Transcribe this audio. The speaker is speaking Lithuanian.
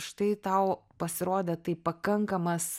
štai tau pasirodė tai pakankamas